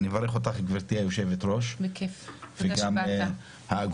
אני מברך אותך, גברתי היושבת-ראש, וגם את האגודה.